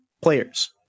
players